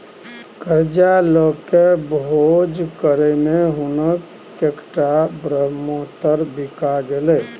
करजा लकए भोज करय मे हुनक कैकटा ब्रहमोत्तर बिका गेलै